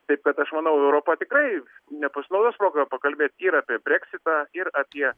taip kad aš manau europa tikrai nepasinaudos proga pakalbėt ir apie breksitą ir apie